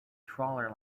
trawler